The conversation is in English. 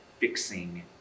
fixing